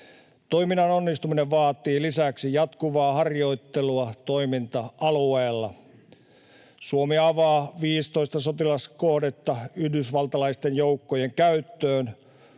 Toiminnan onnistuminen vaatii lisäksi jatkuvaa harjoittelua toiminta-alueella. Suomi avaa 15 sotilaskohdetta yhdysvaltalaisten joukkojen käyttöön.